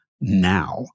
now